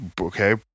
okay